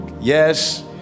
Yes